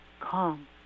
calm